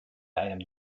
einem